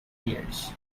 ears